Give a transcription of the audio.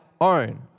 own